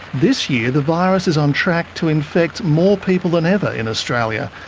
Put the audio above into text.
this year, the virus is on track to infect more people than ever in australia,